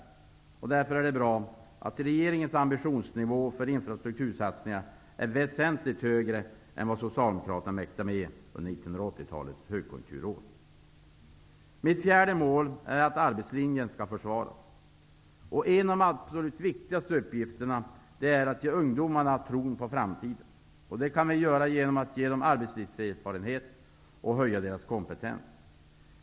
Det är därför bra att regeringens ambitionsnivå för infrastruktursatsningar är väsentligt högre än vad Socialdemokraterna mäktade med under 1980 talets högkonjunkturår. Mitt fjärde mål är att arbetslinjen skall försvaras. En av de absolut viktigaste uppgifterna är att ge ungdomarna tron på framtiden. Det kan vi göra genom att ge dem arbetslivserfarenhet och höja deras kompetens.